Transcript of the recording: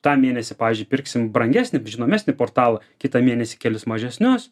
tą mėnesį pavyzdžiui pirksim brangesnį žinomesnį portalą kitą mėnesį kelis mažesnius